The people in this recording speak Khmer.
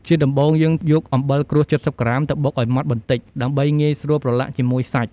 ជាដំំបូង យើងយកអំបិលក្រួស ៧០ក្រាម ទៅបុកឱ្យម៉ដ្ដបន្តិច ដើម្បីងាយស្រួលប្រឡាក់ជាមួយសាច់។